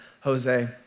Jose